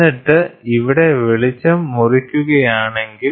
എന്നിട്ട് ഇവിടെ വെളിച്ചം മുറിക്കുകയാണെങ്കിൽ